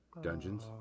Dungeons